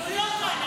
היא לא כאן.